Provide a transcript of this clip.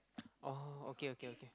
oh okay okay okay